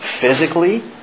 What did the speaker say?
physically